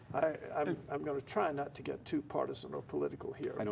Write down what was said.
i'm trying not to get too partisan or political here.